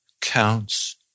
counts